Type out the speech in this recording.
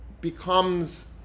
becomes